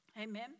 Amen